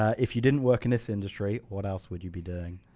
if you didn't work in this industry, what else would you be doing?